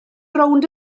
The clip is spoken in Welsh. rownd